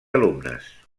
alumnes